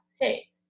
hey